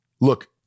look